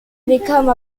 become